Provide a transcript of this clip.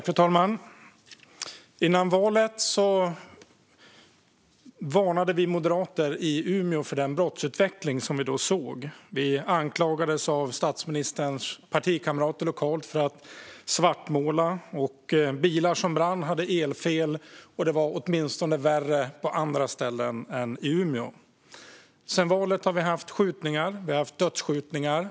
Fru talman! Före valet varnade vi moderater i Umeå för den brottsutveckling vi då såg. Vi anklagades av statsministerns partikamrater lokalt för att svartmåla. Bilar som brann hade elfel, och det var åtminstone värre på andra ställen än i Umeå. Sedan valet har vi haft skjutningar. Vi har haft dödsskjutningar.